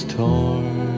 torn